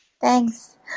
Thanks